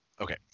Okay